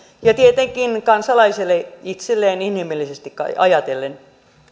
ja tietenkin kansalaiselle itselleen inhimillisesti kai ajatellen